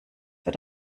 für